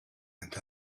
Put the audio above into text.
and